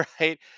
Right